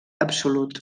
absolut